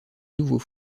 nouveau